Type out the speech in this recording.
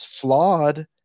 flawed